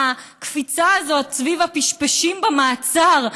הקפיצה הזאת סביב הפשפשים במעצר,